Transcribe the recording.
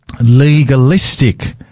Legalistic